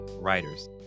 writers